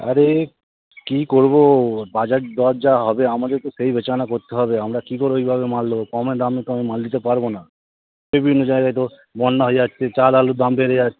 আরে কী করব বাজার দর যা হবে আমাদের তো সেই বেচাকেনা করতে হবে আমরা কী করে ওইভাবে মাল দেবো কমে দামে তো আমি মাল দিতে পারব না বিভিন্ন জায়গায় তো বন্যা হয়ে যাচ্ছে চাল আলুর দাম বেড়ে যায়